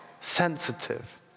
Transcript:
sensitive